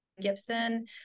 Gibson